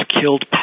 killed